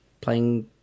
playing